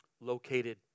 located